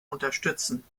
unterstützen